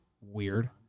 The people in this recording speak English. weird